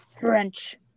French